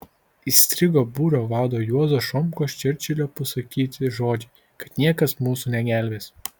įstrigo būrio vado juozo šomkos čerčilio pasakyti žodžiai kad niekas mūsų negelbės